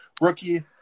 Rookie